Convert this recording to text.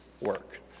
work